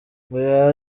ngo